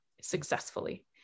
successfully